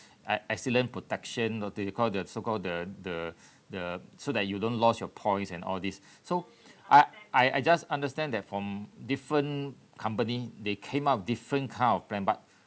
ex~ excellent protection or they they call the so called the the the so that you don't lost your points and all this so I I I just understand that from different company they came up different kind of plan but